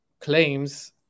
claims